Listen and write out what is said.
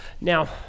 now